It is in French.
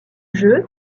jeu